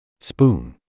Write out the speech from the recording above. Spoon